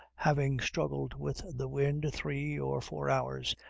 having struggled with the wind three or four hours,